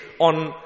on